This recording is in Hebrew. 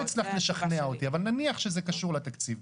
לא הצלחת לשכנע אותי אבל נניח שזה קשור לתקציב,